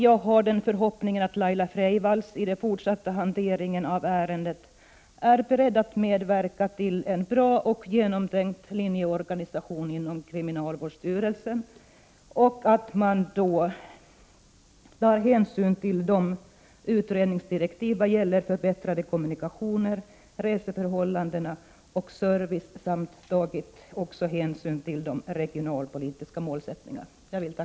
Jag har den förhoppningen att Laila Freivalds i den fortsatta hanteringen är beredd att medverka till en bra och genomtänkt linjeorganisation inom kriminalvårds styrelsen och att man då skall ta hänsyn till de utredningsdirektiv som finns beträffande förbättrade kommunikationer, reseförhållanden och service samt även de regionalpolitiska målsättningarna.